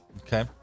Okay